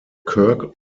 kirkpatrick